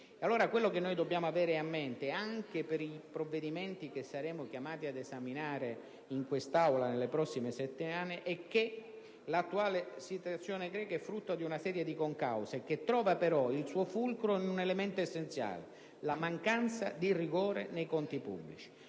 Quello che dobbiamo allora avere a mente anche per i provvedimenti che saremo chiamati ad esaminare in quest'Aula nelle prossime settimane è che l'attuale situazione greca è stata frutto di una serie di concause ma trova però il suo fulcro in un elemento essenziale: la mancanza di rigore nei conti pubblici.